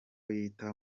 yita